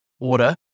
order